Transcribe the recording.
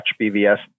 BVS